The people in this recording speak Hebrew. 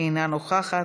אינה נוכחת,